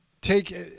take